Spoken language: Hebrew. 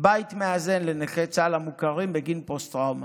בית מאזן לנכי צה"ל המוכרים בגין פוסט טראומה.